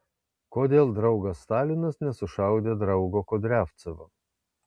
kodėl draugas stalinas nesušaudė draugo kudriavcevo